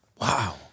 Wow